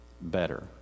better